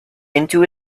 into